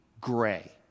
gray